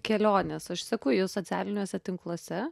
keliones aš seku jus socialiniuose tinkluose